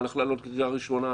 מה הולך לעלות בקריאה ראשונה,